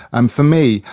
and for me,